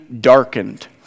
darkened